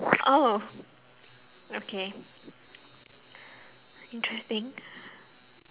oh okay interesting